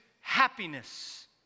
happiness